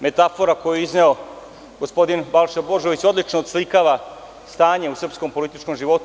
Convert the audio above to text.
Metafora koju je izneo gospodin Balša Božović odlično oslikava stanje u srpskom političkom životu.